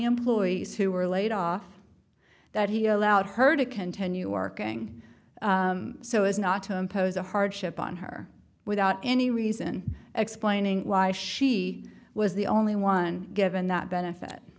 employees who were laid off that he allowed her to continue working so as not to impose a hardship on her without any reason explaining why she was the only one given that benefit